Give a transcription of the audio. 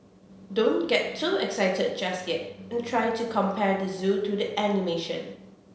don't get too excited just yet and try to compare the zoo to the animation